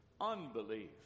unbelief